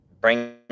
bring